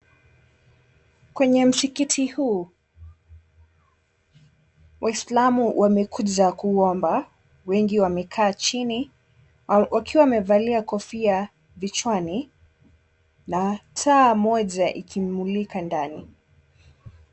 Kwenye msikiti huu, Waislamu wamekuja kuomba. Wengi wamekaa chini wakiwa wamevalia kofia vichwani, na taa moja ikimulika ndani.